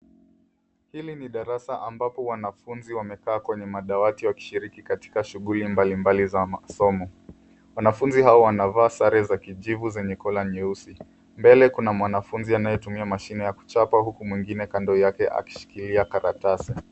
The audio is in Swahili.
Hili ni darasa ambapo wanafunzi wamekaa kwenye madawati wakishiriki katika shuguli mbalimbali za masomo. Wanafunzi hawa wanavaa sare za kijivu zenye kola nyeusi. Mbele kuna mwanfunzi anayetumia mashine ya kuchapa huku mwingine kando yake akishikilia karatasi.